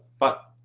but